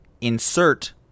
insert